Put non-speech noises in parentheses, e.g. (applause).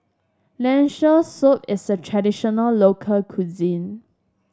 (unintelligible) soup is a traditional local cuisine